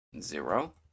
Zero